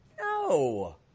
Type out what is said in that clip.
No